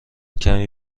کمی